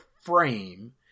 frame